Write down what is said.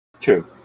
True